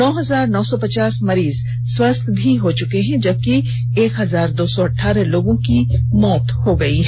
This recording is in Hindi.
नौ हजार नौ सौ पचास मरीज स्वस्थ हो चुके हैं जबकि एक हजार दौ सौ अठारह लोगों की मौत भी हुई है